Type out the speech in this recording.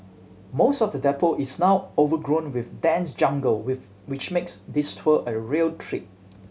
most of the depot is now overgrown with dense jungle with which makes this tour a real trek